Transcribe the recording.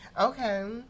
Okay